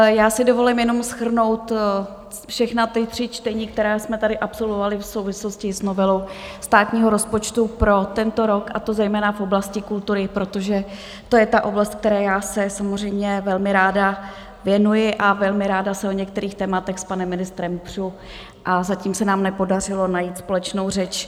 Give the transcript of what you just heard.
Já si dovolím jenom shrnout všechna ta tři čtení, která jsme tady absolvovali v souvislosti s novelou státního rozpočtu pro tento rok, a to zejména v oblasti kultury, protože to je ta oblast, které já se samozřejmě velmi ráda věnuji, a velmi ráda se o některých tématech s panem ministrem přu, a zatím se nám nepodařilo najít společnou řeč.